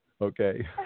Okay